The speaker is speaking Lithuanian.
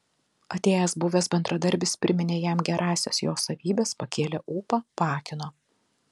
atėjęs buvęs bendradarbis priminė jam gerąsias jo savybes pakėlė ūpą paakino